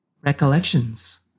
Recollections